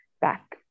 back